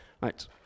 Right